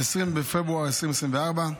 20 בפברואר 2024,